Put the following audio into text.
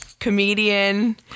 comedian